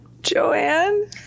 Joanne